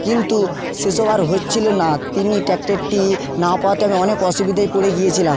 কিন্তু সেসব আর হচ্ছিলো না তিনি ট্যাক্টরটি না পাওয়াতে আমি অনেক অসুবিধায় পড়ে গিয়েছিলাম